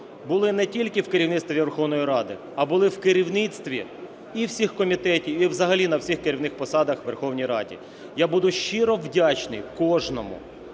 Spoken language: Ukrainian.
були не тільки в керівництві Верховної Ради, а були в керівництві і всіх комітетів, і взагалі на всіх керівних посадах у Верховній Раді. Я буду щиро вдячний кожному,